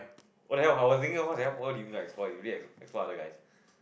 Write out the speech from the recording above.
what the hell I was thinking what[sia] you really export export other guys